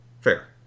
Fair